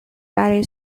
برای